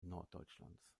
norddeutschlands